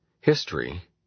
History